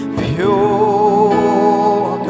pure